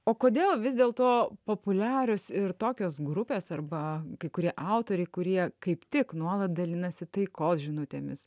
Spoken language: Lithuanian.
o kodėl vis dėl to populiarios ir tokios grupės arba kai kurie autoriai kurie kaip tik nuolat dalinasi taikos žinutėmis